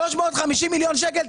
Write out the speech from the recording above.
350 מיליון שקל.